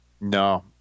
No